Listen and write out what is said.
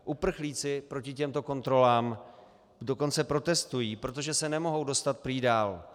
Uprchlíci proti těmto kontrolám dokonce protestují, protože se nemohou prý dostat dál.